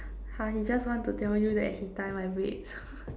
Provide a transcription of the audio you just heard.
!huh! he just want to tell you that he tie my braids